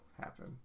happen